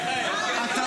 די, די, די --- אתה